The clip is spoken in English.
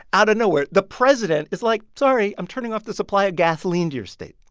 out of nowhere, the president is like, sorry, i'm turning off the supply of gasoline to your state,